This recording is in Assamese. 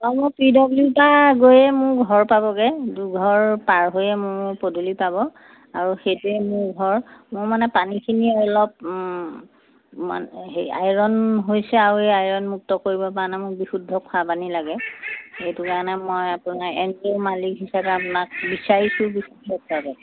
অঁ মোৰ পি ডব্লিউৰপৰা গৈয়ে মোৰ ঘৰ পাবগৈ দুঘৰ পাৰ হৈয়ে মোৰ পদূলি পাব আৰু সেইটোৱেই মোৰ ঘৰ মোৰ মানে পানীখিনি অলপ মানে সেই আইৰন হৈছে আৰু এই আইৰনমুক্ত কৰিব কাৰণে বিশুদ্ধ পানী লাগে সেইটো কাৰণে আপোনাক এন জি অ' মালিক হিচাপে আপোনাক বিচাৰিছোঁ